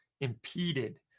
impeded